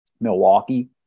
Milwaukee